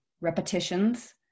repetitions